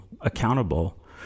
accountable